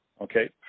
Okay